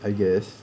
I guess